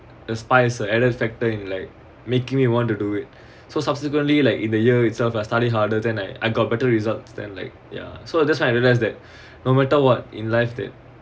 a spice added factor in like making me you want to do it so subsequently like in the year itself I study harder than I I got better results than like ya so that's why I realise that no matter what in life that